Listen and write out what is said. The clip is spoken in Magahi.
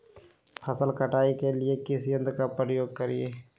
फसल कटाई के लिए किस यंत्र का प्रयोग करिये?